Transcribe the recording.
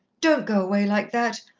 don't go away like that.